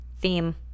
theme